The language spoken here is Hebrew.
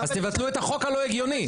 אז תבטלו את החוק הלא הגיוני.